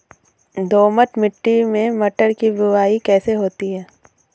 दोमट मिट्टी में मटर की बुवाई कैसे होती है?